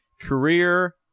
Career